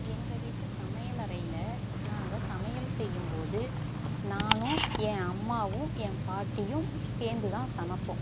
எங்கள் வீட்டு சமையலறையில் நாங்கள் சமையல் செய்யும்போது நானும் என் அம்மாவும் என் பாட்டியும் சேர்ந்துதான் சமைப்போம்